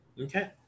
Okay